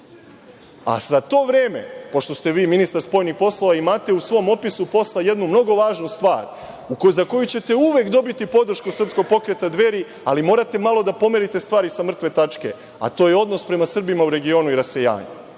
a za to vreme pošto ste vi ministar spoljnih poslova i imate u svom opisu posla jednu mnogo važnu stvar za koju ćete uvek dobiti podršku Srpskog pokreta Dveri, ali morate malo da pomerite stvari sa mrtve tačke, a to je odnos prema Srbima u regionu i rasejanju. Imate